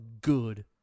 good